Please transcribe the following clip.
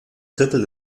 drittel